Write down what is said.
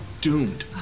doomed